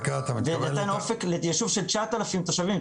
זה נותן אופק לישוב של תשעת אלפים תושבים,